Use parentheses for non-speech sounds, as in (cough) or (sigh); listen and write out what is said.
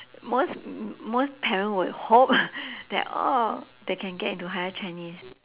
most most parent would hope (breath) that oh they can get into higher chinese